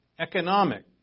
economic